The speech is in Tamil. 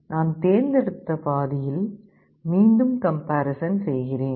நான் தேர்ந்தெடுத்த பாதியில் மீண்டும் கம்பேரிசன் செய்கிறேன்